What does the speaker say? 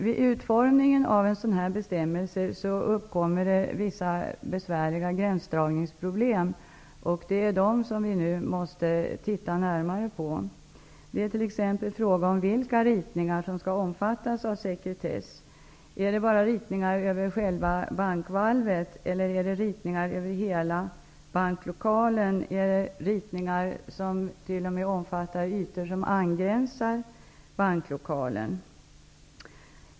Vid utformningen av en sådan här bestämmelse uppkommer vissa besvärliga gränsdragningsproblem, som vi nu skall se närmare på, t.ex.: Vilka ritningar är det som skall omfattas av sekretess? Är det bara ritningar över själva bankvalvet, eller är det ritningar över hela banklokalen? Är det ritningar som omfattar ytor som angränsar banklokalen?